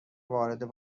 وارد